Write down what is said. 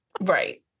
right